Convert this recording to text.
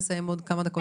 (תיקון איסור הפליה) של חברת הכנסת גבי לסקי.